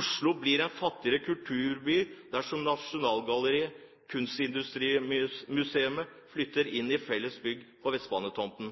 Oslo blir en fattigere kulturby dersom Nasjonalgalleriet og Kunstindustrimuseet flytter inn i felles bygg på Vestbanetomten.